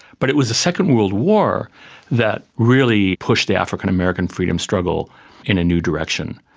but it was the second world war that really pushed the african american freedom struggle in a new direction.